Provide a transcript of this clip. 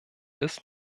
bis